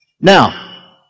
Now